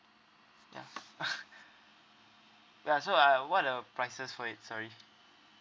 ya ya so I what are the prices for it sorry